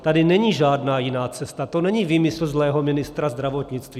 Tady není žádná jiná cesta, to není výmysl zlého ministra zdravotnictví.